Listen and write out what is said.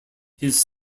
his